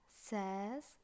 says